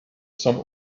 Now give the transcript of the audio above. some